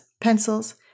pencils